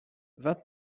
vingt